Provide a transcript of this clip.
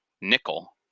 nickel